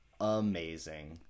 amazing